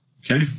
Okay